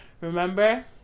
Remember